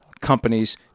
companies